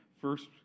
first